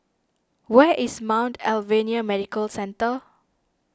where is Mount Alvernia Medical Centre